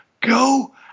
Go